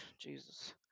jesus